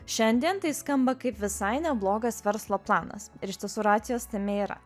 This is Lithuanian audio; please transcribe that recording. šiandien tai skamba kaip visai neblogas verslo planas ir iš tiesų racijos tame yra